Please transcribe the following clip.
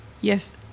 Yes